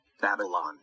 Babylon